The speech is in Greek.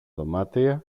δωμάτια